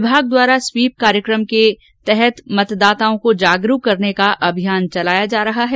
विभाग द्वारा स्वीप कार्यकम के द्वारा मतदाताओं को जागरूक करन का अभियान चलाया जा रहा है